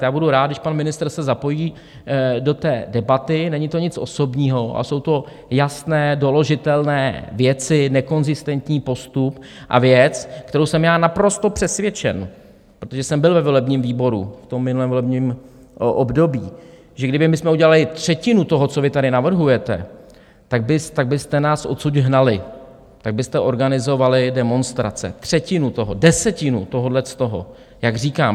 Já budu rád, když pan ministr se zapojí do té debaty, není to nic osobního, a jsou to jasné, doložitelné věci, nekonzistentní postup a věc, kterou jsem já naprosto přesvědčen, protože jsem byl ve volebním výboru v minulém volebním období, že kdybychom my udělali třetinu toho, co vy tady navrhujete, tak byste nás odsud hnali, tak byste organizovali demonstrace, třetinu toho, desetinu toho, jak říkám.